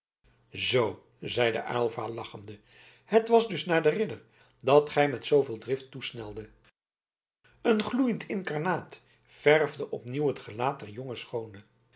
zoo zeide aylva lachende het was dus naar den ridder dat gij met zooveel drift toesneldet een gloeiend inkarnaat verfde opnieuw het gelaat der jonge schoone